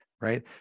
right